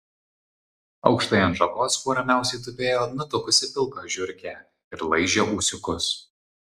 aukštai ant šakos kuo ramiausiai tupėjo nutukusi pilka žiurkė ir laižė ūsiukus